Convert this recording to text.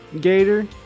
gator